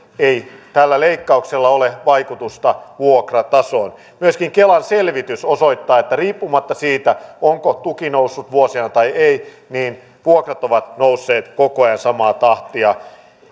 ei tällä leikkauksella ole vaikutusta vuokratasoon kelan selvitys osoittaa myöskin että riippumatta siitä onko tuki noussut vuosina tai ei vuokrat ovat nousseet koko ajan samaa tahtia